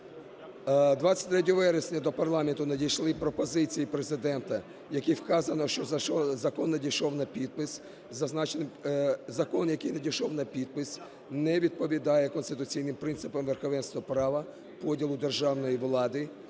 23 вересня до парламенту надійшли пропозиції Президента, в яких вказано, що закон, який надійшов на підпис, не відповідає конституційним принципам верховенства права, поділу державної влади,